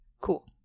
Cool